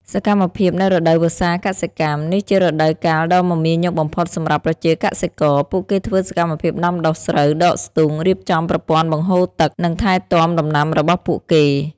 សកម្មភាពនៅរដូវវស្សាកសិកម្ម នេះជារដូវកាលដ៏មមាញឹកបំផុតសម្រាប់ប្រជាកសិករ។ ពួកគេធ្វើសកម្មភាពដាំដុះស្រូវ ដកស្ទូង រៀបចំប្រព័ន្ធបង្ហូរទឹក និងថែទាំដំណាំរបស់ពួកគេ។